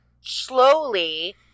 slowly